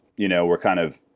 you know we're kind of,